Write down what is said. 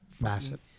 Massive